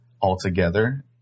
altogether